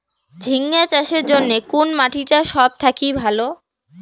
ঝিঙ্গা চাষের জইন্যে কুন মাটি টা সব থাকি ভালো?